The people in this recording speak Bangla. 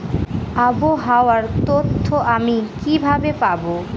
আবহাওয়ার তথ্য আমি কিভাবে পাবো?